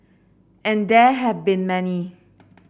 and there have been many